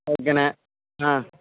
ஓகேண்ணே ஆ